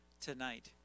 tonight